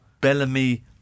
Bellamy